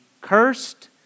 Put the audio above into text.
cursed